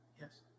yes